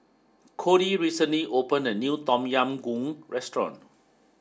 codey recently opened a new Tom Yam Goong restaurant